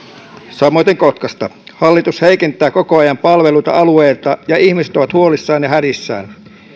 samoiten kotkasta hallitus heikentää koko ajan palveluita alueilla ja ihmiset ovat huolissaan ja hädissään